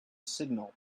signal